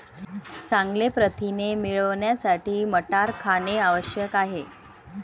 चांगले प्रथिने मिळवण्यासाठी मटार खाणे आवश्यक आहे